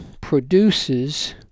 produces